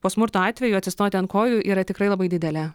po smurto atvejų atsistoti ant kojų yra tikrai labai didelė